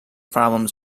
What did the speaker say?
problems